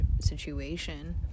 situation